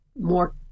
more